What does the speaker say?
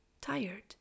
tired